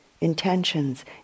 intentions